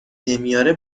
نمیاره